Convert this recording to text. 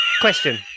Question